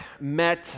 met